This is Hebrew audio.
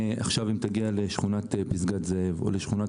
אם תגיע עכשיו לשכונת פסגת זאב או לשכונת